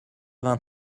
vingt